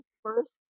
first